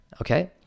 okay